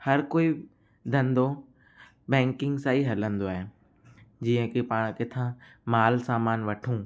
हर कोई धंधो बैंकिंग सां ई हलंदो आहे जीअं की पाण किथां मालु सामानु वठूं